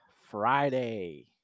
Friday